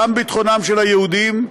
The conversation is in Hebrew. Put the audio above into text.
גם לביטחונם של היהודים,